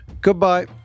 Goodbye